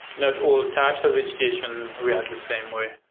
not all types of vegetation react the same way.